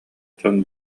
дьон